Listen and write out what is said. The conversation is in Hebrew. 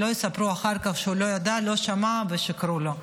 שלא יספרו אחר כך שהוא לא ידע, לא שמע וששיקרו לו.